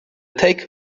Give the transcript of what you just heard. take